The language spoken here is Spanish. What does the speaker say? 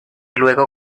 luego